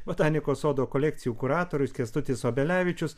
botanikos sodo kolekcijų kuratorius kęstutis obelevičius